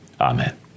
Amen